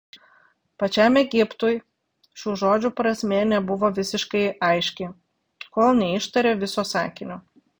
pačiam egiptui šių žodžių prasmė nebuvo visiškai aiški kol neištarė viso sakinio